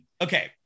okay